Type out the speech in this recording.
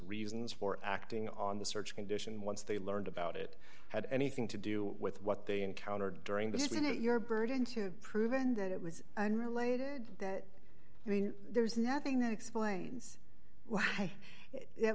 reasons for acting on the search condition once they learned about it had anything to do with what they encountered during this isn't it your burden to prove in that it was unrelated that i mean there's nothing that explains why it